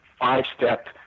five-step